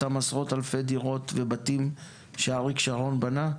אותם עשרות אלפי דירות ובתים שאריק שרון בנה?